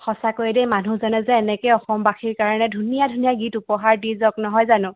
সঁচাকৈ দেই মানুহজনে যে এনেকৈ অসমবাসীৰ কাৰণে ধুনীয়া ধুনীয়া গীত উপহাৰ দি যাওক নহয় জানো